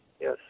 Yes